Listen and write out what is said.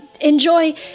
enjoy